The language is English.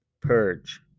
purge